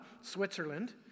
Switzerland